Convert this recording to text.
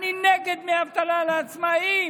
אני נגד דמי אבטלה לעצמאים.